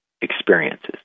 experiences